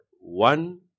One